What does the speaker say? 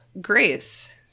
Grace